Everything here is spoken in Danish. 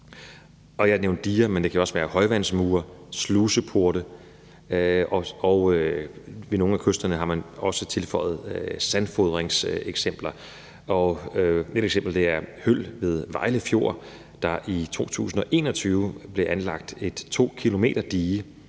Jeg nævnte diger, men det kan også være højvandsmure og sluseporte. Og ved nogle af kysterne har man også tilføjet eksempler på sandfodring. Et eksempel er Høll ved Vejle Fjord, hvor der i 2021 blev anlagt et 2 km langt dige,